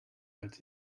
als